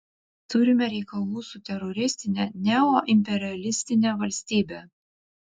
turime reikalų su teroristine neoimperialistine valstybe